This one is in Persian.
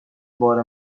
بار